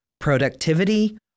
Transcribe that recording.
productivity